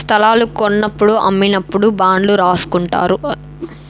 స్తలాలు కొన్నప్పుడు అమ్మినప్పుడు బాండ్లు రాసుకుంటారు